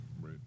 Right